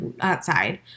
outside